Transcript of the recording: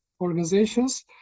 organizations